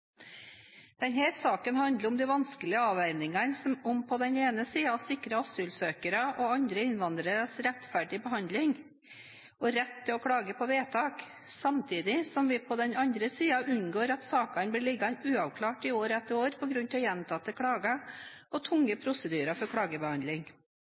den ene siden å sikre asylsøkere og andre innvandrere rettferdig behandling og rett til å klage på vedtak, samtidig som vi på den andre siden unngår at sakene blir liggende uavklart i år etter år på grunn av gjentatte klager og